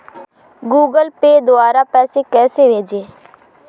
Google Pay द्वारा पैसे कैसे भेजें?